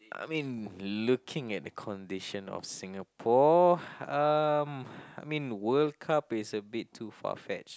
I mean looking at the condition of Singapore um I mean World Cup is a bit too far-fetched